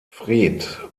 fred